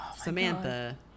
Samantha